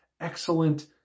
excellent